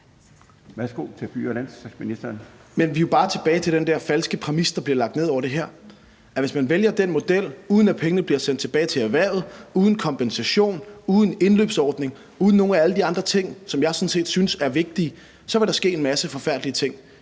vi er jo bare tilbage ved den der falske præmis, der bliver lagt ned over det her, at hvis man vælger den model, uden at pengene bliver sendt tilbage til erhvervet, uden kompensation, uden indløbsordning, uden nogen af alle de andre ting, som jeg sådan set synes er vigtige, så vil der ske en masse forfærdelige ting.